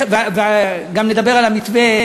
וגם נדבר על המתווה,